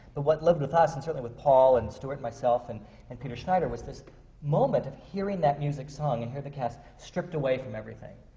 but what lived with us, and certainly with paul and stuart and myself and and peter schneider, was this moment of hearing that music sung and hear the cast, stripped away from everything.